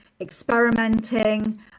experimenting